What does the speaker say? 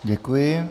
Děkuji.